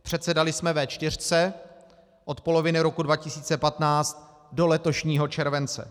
Předsedali jsme V4 od poloviny roku 2015 do letošního července.